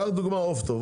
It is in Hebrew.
קח לדוגמה את עוף טוב,